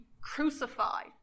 crucified